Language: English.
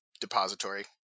depository